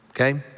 okay